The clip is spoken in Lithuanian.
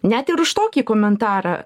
net ir už tokį komentarą